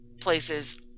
places